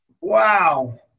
Wow